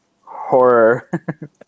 horror